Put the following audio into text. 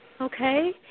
Okay